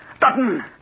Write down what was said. Dutton